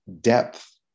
depth